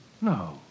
No